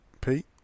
Pete